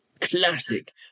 Classic